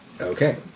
Okay